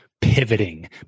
pivoting